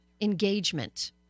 engagement